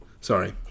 Sorry